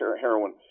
heroin